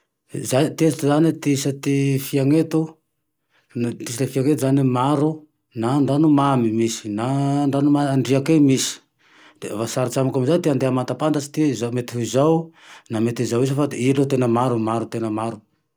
Zahay ty eto zane, ty isan'ny fiagny eto, ty isa ty fiagny eto zane maro na andrano mamy misy na andrano andriaky eny misy de saritsy amako amizay ty handeha hamantapatatsy ty hoe izao mety ho izao, na mety ho izao isa fa i aloha tena maro maro tena maro